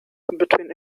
between